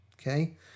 okay